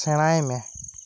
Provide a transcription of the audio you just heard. ᱥᱮᱬᱟᱭ ᱢᱮ